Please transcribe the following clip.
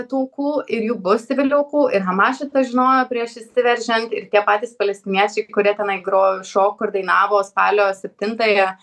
tų aukų ir jų bus civilių aukų ir hamas šitą žinojo prieš įsiveržiant ir tie patys palestiniečiai kurie tenai gro šoko ir dainavo spalio septintąją